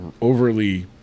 overly